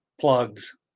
plugs